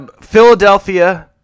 Philadelphia